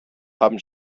haben